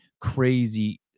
Crazy